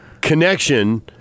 connection